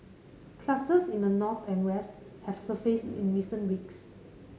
clusters in the north and west have surfaced in recent weeks